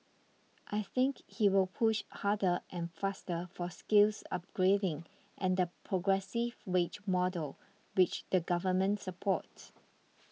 I think he will push harder and faster for skills upgrading and the progressive wage model which the Government supports